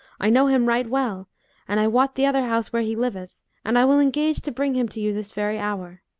i know him right well and i wot the other house where he liveth and i will engage to bring him to you this very hour.